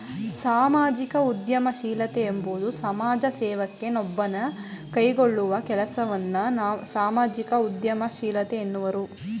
ಸಾಮಾಜಿಕ ಉದ್ಯಮಶೀಲತೆ ಎಂಬುವುದು ಸಮಾಜ ಸೇವಕ ನೊಬ್ಬನು ಕೈಗೊಳ್ಳುವ ಕೆಲಸವನ್ನ ಸಾಮಾಜಿಕ ಉದ್ಯಮಶೀಲತೆ ಎನ್ನುವರು